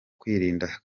kwirinda